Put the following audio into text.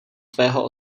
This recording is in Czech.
tvého